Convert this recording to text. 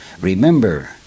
Remember